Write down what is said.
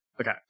Okay